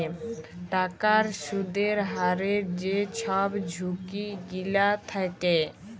টাকার সুদের হারের যে ছব ঝুঁকি গিলা থ্যাকে